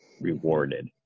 rewarded